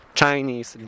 chinese